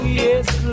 yes